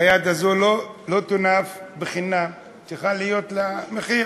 היד הזו לא תונף חינם, צריך להיות לה מחיר.